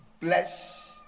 bless